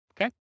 okay